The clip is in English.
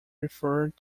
referred